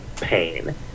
pain